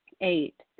Eight